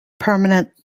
permanent